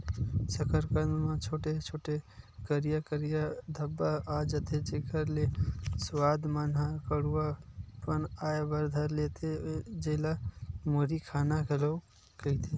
कसरकंद म छोटे छोटे, करिया करिया धब्बा आ जथे, जेखर ले सुवाद मन म कडुआ पन आय बर धर लेथे, जेला मुरही खाना घलोक कहिथे